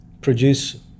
produce